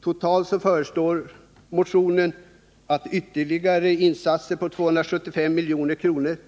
Totalt föreslår motionärerna ytterligare insatser på 275 milj.kr.